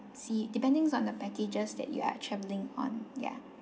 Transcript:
see depending on the packages that you are travelling on ya